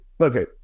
okay